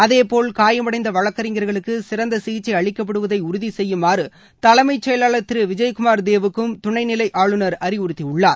அதேபோல் காயமடைந்தவழக்கறிஞர்களுக்குசிறந்தசிகிச்சைஅளிக்கப்படுவதைஉறுதிசெய்யுமாறுதலைமைசெயலாளர் திருவிஜயகுமார் தேவுக்கும் துணைநிலைஆளுநர் அறிவுறுத்தியுள்ளார்